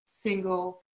single